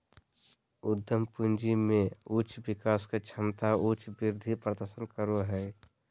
उद्यम पूंजी में उच्च विकास के क्षमता उच्च वृद्धि प्रदर्शन करो हइ